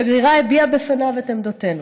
השגרירה הביעה בפניו את עמדותינו.